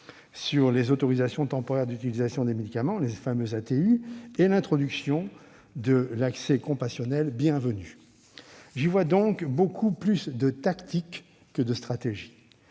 sur les autorisations temporaires d'utilisation des médicaments, les fameuses ATU, et l'introduction de l'accès compassionnel bien venu. J'y vois donc beaucoup plus de tactique que de stratégie.